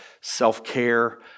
self-care